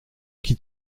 qui